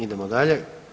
Idemo dalje.